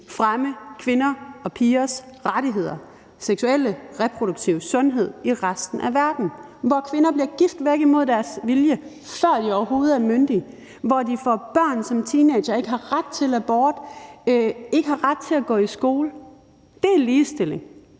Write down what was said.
fremme kvinder og pigers seksuelle, reproduktive og sundhedsmæssige rettigheder i resten af verden, hvor kvinder bliver gift væk imod deres vilje, før de overhovedet er myndige, og hvor de får børn som teenagere og ikke har ret til abort og ikke har ret til at gå i skole. Det er ligestilling,